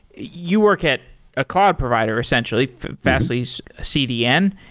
you work at a cloud provider essentially, fastly's cdn.